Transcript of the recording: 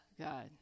God